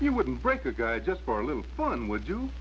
you wouldn't break a guy just for a little fun would do